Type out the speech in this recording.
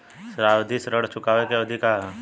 सावधि ऋण चुकावे के अवधि का ह?